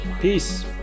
Peace